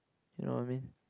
you know what I mean